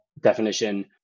definition